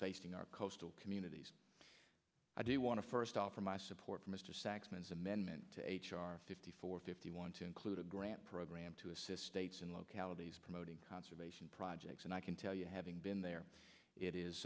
facing our coastal communities i do want to first offer my support for mr saxon's amendment to h r fifty four fifty one to include a grant program to assist states and localities promoting conservation projects and i can tell you having been there it is